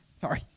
Sorry